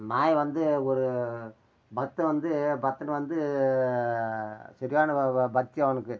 மாயன் வந்து ஒரு பக்தன் வந்து பக்தன் வந்து சரியான வ ப பக்தி அவனுக்கு